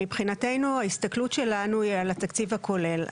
שמבחינתנו ההסתכלות שלנו היא על התקציב הכולל.